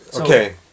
okay